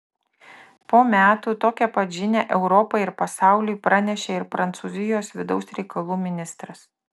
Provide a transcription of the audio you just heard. po metų tokią pat žinią europai ir pasauliui pranešė ir prancūzijos vidaus reikalų ministras